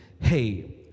hey